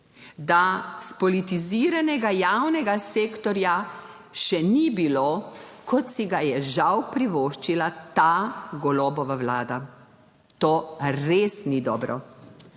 da spolitiziranega javnega sektorja še ni bilo, kot si ga je, žal, privoščila ta Golobova Vlada. To res ni dobro.